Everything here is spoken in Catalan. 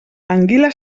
anguila